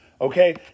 okay